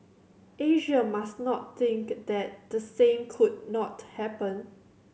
Asia must not think that the same could not happen